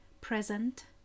present